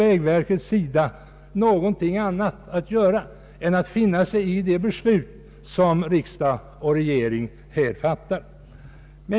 Vägverket kan naturligtvis inte göra annat än finna sig i de beslut som riksdag och regering fattar.